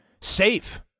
Safe